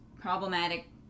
problematic